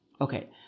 okay